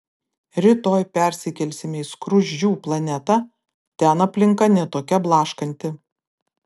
rytoj persikelsime į skruzdžių planetą ten aplinka ne tokia blaškanti